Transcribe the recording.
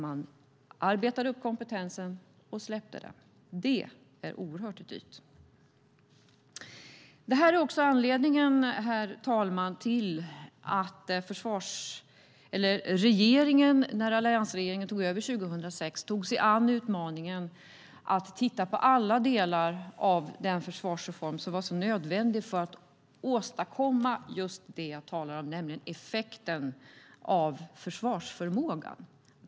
Man arbetade upp kompetensen och släppte den. Det är oerhört dyrt. Herr talman! Det här är anledningen till att alliansregeringen, när vi tog över 2006, tog sig an utmaningen att titta på alla delar av den försvarsreform som var så nödvändig för att åstadkomma just det jag talar om, nämligen effektiviteten i försvarsförmågan.